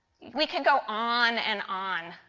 we can go on and on.